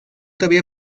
había